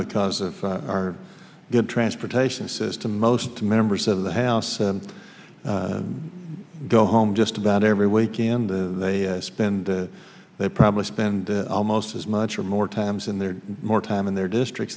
because of our good transportation system most members of the house and go home just about every weekend they spend they probably spend almost as much or more times in their more time in their district